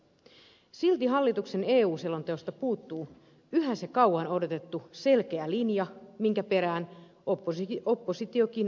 silti hallituksen eu selonteosta puuttuu yhä se kauan odotettu selkeä linja minkä perään oppositiokin on kysellyt